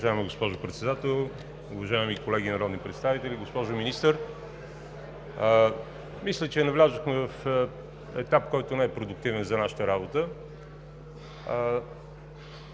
Уважаема госпожо Председател, уважаеми колеги народни представители, госпожо Министър! Мисля, че навлязохме в етап, който не е продуктивен за нашата работа,